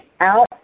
out